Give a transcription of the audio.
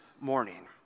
morning